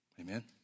Amen